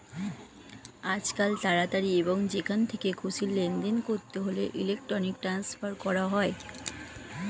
আজকাল তাড়াতাড়ি এবং যেখান থেকে খুশি লেনদেন করতে হলে ইলেক্ট্রনিক ট্রান্সফার করা হয়